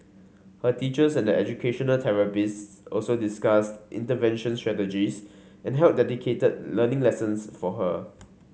her teachers and educational therapists also discussed intervention strategies and held dedicated learning lessons for her